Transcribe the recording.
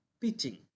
pitching